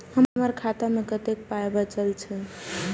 हमर खाता मे कतैक पाय बचल छै